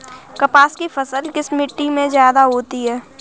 कपास की फसल किस मिट्टी में ज्यादा होता है?